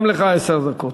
גם לך עשר דקות.